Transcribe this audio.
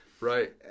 Right